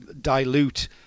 dilute